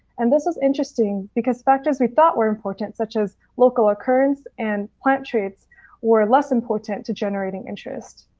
and this is interesting because factors we thought were important, such as local occurrence and plant shapes were less important to generating interest.